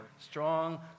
strong